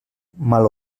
mal